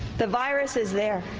the virus is there.